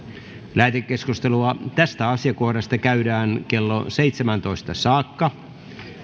lähetekeskustelua tästä asiakohdasta käydään kello seitsemäntoista saakka